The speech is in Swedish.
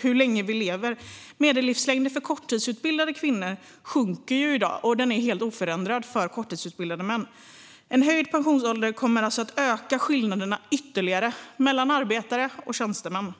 hur länge vi lever. Medellivslängden för korttidsutbildade kvinnor sjunker i dag, och den är helt oförändrad för korttidsutbildade män. En höjd pensionsålder kommer alltså att öka skillnaderna ytterligare mellan arbetare och tjänstemän.